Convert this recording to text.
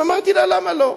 אמרתי לה: למה לא?